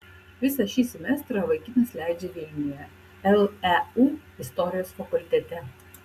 visą šį semestrą vaikinas leidžia vilniuje leu istorijos fakultete